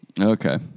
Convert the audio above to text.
Okay